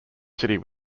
city